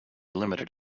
limited